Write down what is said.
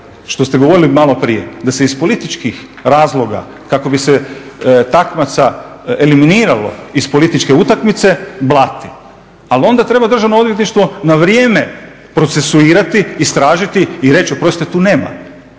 što ste govorili maloprije da se iz političkih razloga kako bi se takmac eliminiralo iz političke utakmice, blati. Ali onda treba državno odvjetništvo na vrijeme procesuirati, istražiti i reći oprostite tu nema,